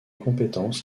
compétences